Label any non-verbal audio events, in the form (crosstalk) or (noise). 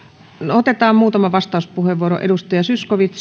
otetaan muutama vastauspuheenvuoro edustaja zyskowicz (unintelligible)